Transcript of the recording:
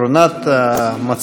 חברת הכנסת מיכל רוזין.